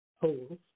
holes